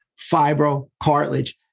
Fibrocartilage